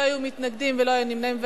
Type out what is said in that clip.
לא היו מתנגדים ולא היו נמנעים,